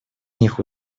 них